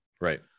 right